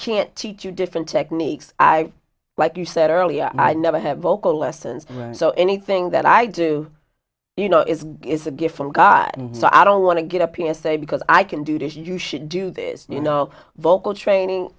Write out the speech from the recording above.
can't teach you different techniques i like you said earlier i never have vocal lessons so anything that i do you know is is a gift from god and so i don't want to get a p s a because i can do this you should do this you know vocal training